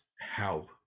help